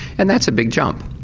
and that's a big jump,